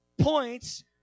points